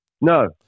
No